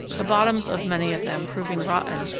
the bottoms of many of them proving rotten,